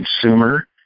consumer